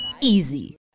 easy